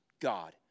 God